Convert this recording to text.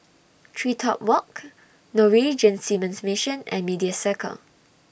TreeTop Walk Norwegian Seamen's Mission and Media Circle